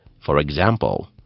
for example,